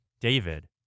David